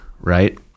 right